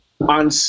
On